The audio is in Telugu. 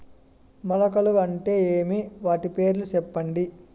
మొలకలు అంటే ఏమి? వాటి పేర్లు సెప్పండి?